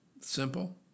simple